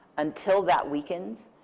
until that weakens,